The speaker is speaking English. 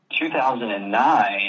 2009